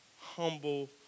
humble